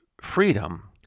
freedom